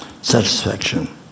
Satisfaction